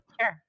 Sure